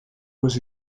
was